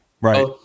right